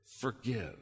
forgive